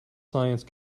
science